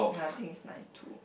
yeah I think it's nice too